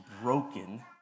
broken